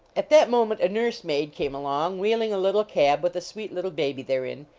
at that moment a nurse-maid came along wheeling a little cab with a sweet little baby therein.